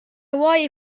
wye